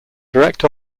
direct